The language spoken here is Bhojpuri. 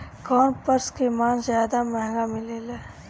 कौन पशु के मांस ज्यादा महंगा मिलेला?